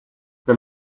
нам